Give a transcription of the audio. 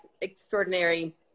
extraordinary